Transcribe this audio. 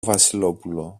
βασιλόπουλο